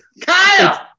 Kyle